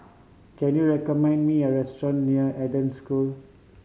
can you recommend me a restaurant near Eden School